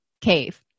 cave